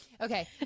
Okay